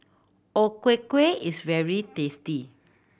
O Ku Kueh is very tasty